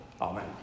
Amen